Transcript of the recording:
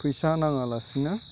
फैसा नाङा लासिनो